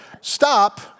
Stop